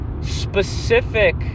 specific